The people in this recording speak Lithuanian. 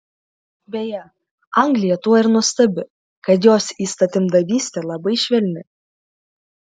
beje anglija tuo ir nuostabi kad jos įstatymdavystė labai švelni